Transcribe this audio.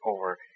over